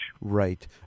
right